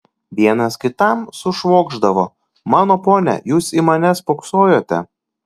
vienas kitam sušvokšdavo mano pone jūs į mane spoksojote